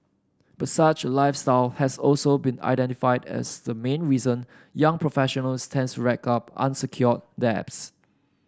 but such a lifestyle has also been identified as the main reason young professionals tends rack up unsecured debts